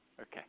Okay